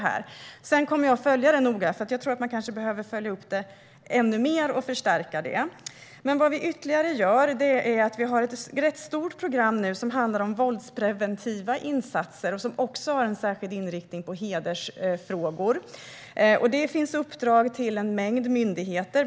Jag kommer att följa detta noggrant, för jag tror att man kanske behöver följa upp och förstärka ännu mer. Till det vi gör ytterligare hör ett stort program som handlar om våldspreventiva insatser och som har en särskild inriktning på hedersfrågor. Det finns uppdrag till en mängd myndigheter.